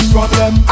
Problem